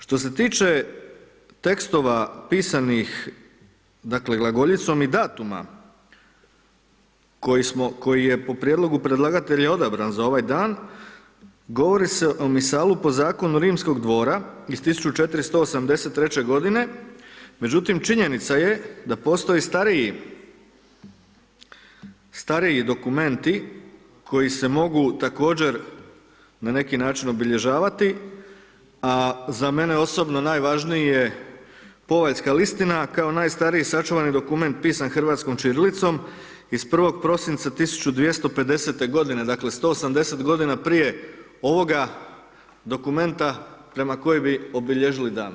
Što se tiče tekstova pisanih, dakle glagoljicom i datuma koji smo, koji je po prijedlogu predlagatelja odabran za ovaj dan govori se o Misalu po zakonu rimskog dvora iz 1483. godine, međutim činjenica je da postoji stariji, stariji dokumenti koji se mogu također na neki način obilježavati, a za mene osobno najvažniji je Povaljska listina kao najstariji sačuvani dokument pisan hrvatskom ćirilicom iz 1. prosinca 1250. godine, dakle 180 godina prije ovoga dokumenta prema kojem bi obilježili dan.